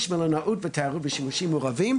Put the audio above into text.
במלונאות ותיירות בשימושים מעורבים,